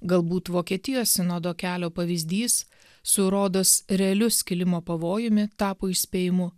galbūt vokietijos sinodo kelio pavyzdys su rodos realiu skilimo pavojumi tapo įspėjimu